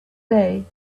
day